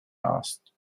asked